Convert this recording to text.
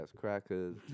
crackers